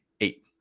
eight